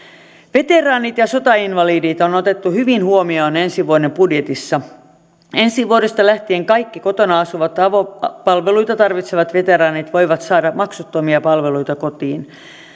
veteraanit ja sotainvalidit on otettu hyvin huomioon ensi vuoden budjetissa ensi vuodesta lähtien kaikki kotona asuvat avopalveluita tarvitsevat veteraanit voivat saada maksuttomia palveluita kotiin